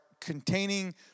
containing